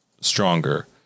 stronger